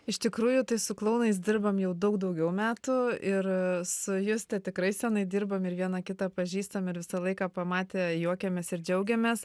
iš tikrųjų tai su klounais dirbam jau daug daugiau metų ir su juste tikrai senai dirbam ir viena kitą pažįstam ir visą laiką pamatę juokiamės ir džiaugiamės